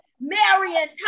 Marion